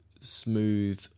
smooth